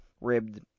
ribbed